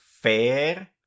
fair